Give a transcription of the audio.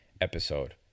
episode